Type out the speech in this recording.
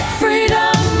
freedom